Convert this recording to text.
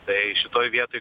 tai šitoj vietoj